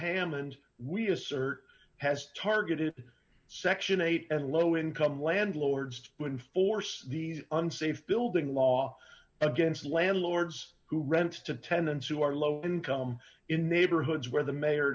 hammond we assert has targeted section eight and low income landlords when force these unsafe building law against landlords who rent to tenants who are low income in neighborhoods where the mayor